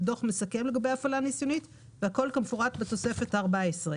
ודוח מסכם לגבי ההפעלה הניסיונית והכול כמפורט בתוספת הארבע עשרה,